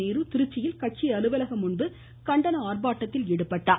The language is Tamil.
நேரு திருச்சியில் கட்சி அலுவலகம் முன்பு கண்டன ஆர்பாட்டத்தில் ஈடுபட்டார்